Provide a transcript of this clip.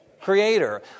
creator